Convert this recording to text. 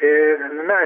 ir na